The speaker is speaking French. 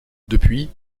depuis